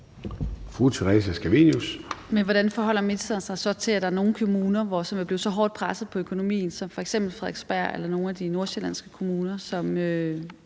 hvordan forholder ministeren sig så til, at der er nogle kommuner, hvor man simpelt hen bliver så hårdt presset på økonomien – som f.eks. Frederiksberg eller nogle af de nordsjællandske kommuner